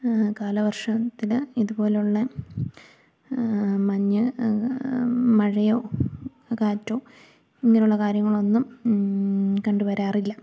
കാലവർഷത്തില് ഇതുപോലുള്ള മഞ്ഞ് മഴയോ കാറ്റോ ഇങ്ങനെയുള്ള കാര്യങ്ങളൊന്നും കണ്ടുവരാറില്ല